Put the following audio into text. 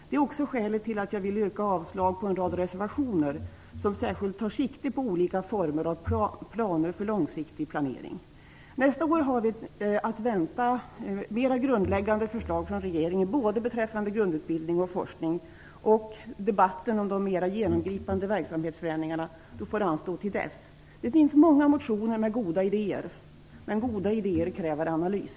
Det är också skälet till att jag vill yrka avslag på en rad reservationer som särskilt tar sikte på olika former av planer för långsiktig planering. Nästa år har vi att vänta mera grundläggande förslag från regeringen beträffande både grundutbildning och forskning. Debatten om de mera genomgripande verksamhetsförändringarna får anstå till dess. Det finns många motioner med goda idéer, men goda idéer kräver analys.